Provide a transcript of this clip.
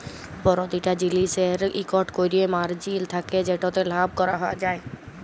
পরতিটা জিলিসের ইকট ক্যরে মারজিল থ্যাকে যেটতে লাভ ক্যরা যায়